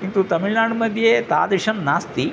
किन्तु तमिल्नाडुमध्ये तादृशं नास्ति